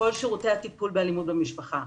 כל שירותי הטיפול באלימות במשפחה,